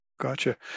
Gotcha